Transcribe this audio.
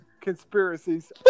Conspiracies